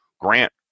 Grant